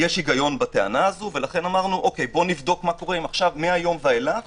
יש היגיון בטענה הזאת ולכן אמרנו: נבדוק אם מהיום ואילך